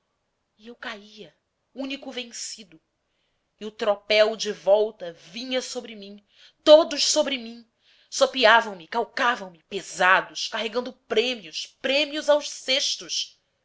e eu caia único vencido e o tropel de volta vinha sobre mim todos sobre mim sopeavam me calcavam me pesados carregando prêmios prêmios aos cestos